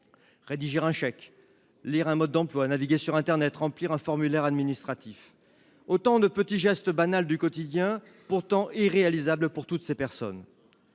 Rédiger un chèque, lire un mode d’emploi, naviguer sur internet, remplir un formulaire administratif, voilà autant de petits gestes banals du quotidien et autant d’actes pourtant irréalisables pour toutes ces personnes.